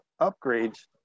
upgrades